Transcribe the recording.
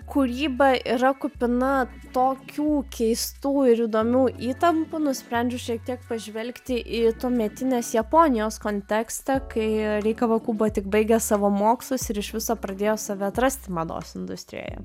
kūryba yra kupina tokių keistų ir įdomių įtampų nusprendžiu šiek tiek pažvelgti į tuometinės japonijos kontekstą kai rei kavakubo tik baigia savo mokslus ir iš viso pradėjo save atrasti mados industrijoje